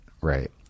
right